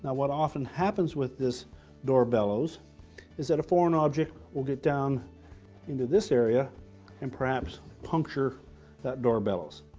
what often happens with this door bellows is that a foreign object will get down into this area and perhaps puncture that door bellows.